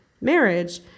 marriage